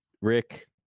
Rick